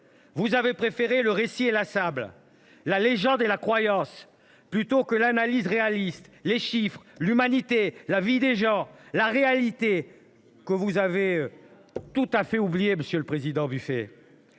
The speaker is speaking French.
Vous avez préféré le récit inlassable, la légende et la croyance, plutôt que l’analyse réaliste, les chiffres, l’humanité, la vie des gens. N’exagérez pas ! Vous avez tout oublié, monsieur le président Buffet.